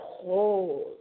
cold